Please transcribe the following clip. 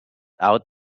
out